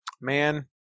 man